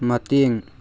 ꯃꯇꯦꯡ